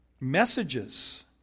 messages